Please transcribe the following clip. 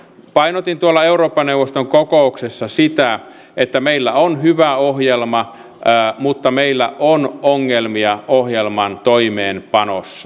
painotin tuolla eurooppa neuvoston kokouksessa sitä että meillä on hyvä ohjelma mutta meillä on ongelmia ohjelman toimeenpanossa